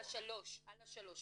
על השלושה.